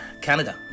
Canada